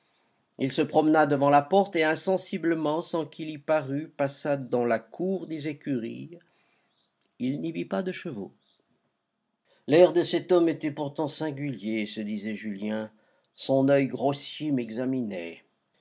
il se promena devant la porte et insensiblement sans qu'il y parût passa dans la cour des écuries il n'y vit pas de chevaux l'air de cet homme était pourtant singulier se disait julien son oeil grossier m'examinait